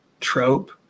trope